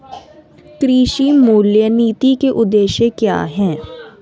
कृषि मूल्य नीति के उद्देश्य क्या है?